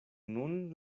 nun